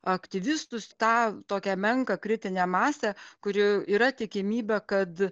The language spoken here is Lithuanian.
aktyvistus tą tokią menką kritinę masę kuri yra tikimybė kad